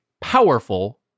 powerful